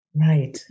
Right